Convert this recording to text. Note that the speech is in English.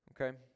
okay